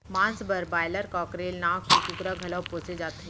मांस बर broiler, cockerel नांव के कुकरा घलौ पोसे जाथे